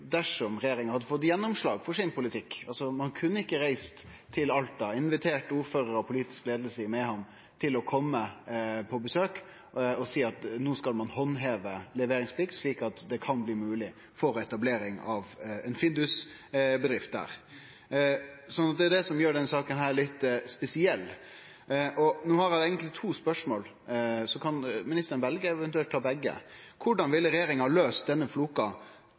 dersom regjeringa hadde fått gjennomslag for sin politikk. Ein kunne ikkje reist til Alta og invitert ordførarar og politisk leiing i Mehamn til å kome på besøk og seie at no skal ein handheve leveringsplikta slik at det kan bli mogleg for etablering av ei Findus-bedrift der. Det er det som gjer denne saka litt spesiell. No har eg eigentleg to spørsmål, så kan ministeren velje, eller eventuelt svare på begge: Korleis ville regjeringa ha løyst denne